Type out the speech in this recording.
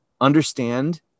understand